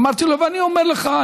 אמרתי לו: ואני אומר לך,